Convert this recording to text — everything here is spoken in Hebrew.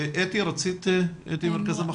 אתי, מרכז המחקר.